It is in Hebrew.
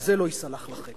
על זה לא ייסלח לכם.